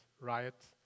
riots